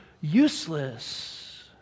useless